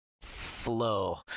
flow